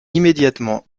immédiatement